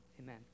Amen